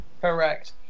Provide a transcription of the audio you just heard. Correct